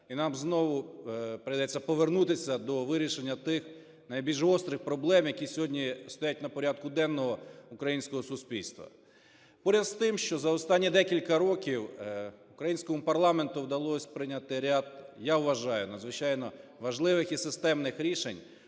і нам знову прийдеться повернутися до вирішення тих найбільш гострих проблем, які сьогодні стоять на порядку денного українського суспільства. Поряд з тим, що за останні декілька років українському парламенту вдалося прийняти ряд, я вважаю, надзвичайно важливих і системних рішень,